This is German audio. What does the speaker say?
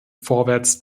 vorwärts